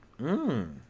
Mmm